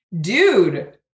dude